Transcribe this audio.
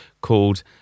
called